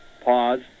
pause